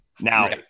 now